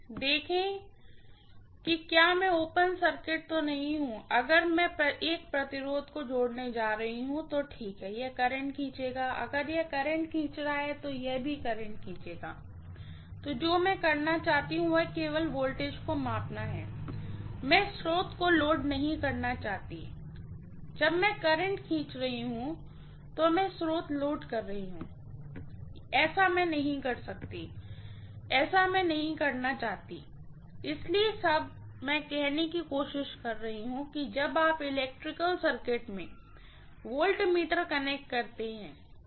देखें कि क्या मैं ओपन सर्किट तो नहीं हूं अगर मैं यहां एक रेजिस्टेंस को जोड़ने जा रही हूँ तो ठीक है यह करंट खींचेगा अगर यह करंट खींच रहा है तो यह भी करंट खींचेगा जो मैं करना चाहती हूँ वह केवल वोल्टेज को मापना है मैं स्रोत को लोड नहीं करना चाहती जब मैं करंट खींच कर रही हूँ तो मैं स्रोत लोड कर रही हूँ मैं नहीं कर सकती मैं ऐसा नहीं करना चाहती यही सब मैं कहने की कोशिश कर रही हूँ जब आप अपने इलेक्ट्रिकल सर्किट में वोल्टमीटर कनेक्ट करते हैं